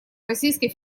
российской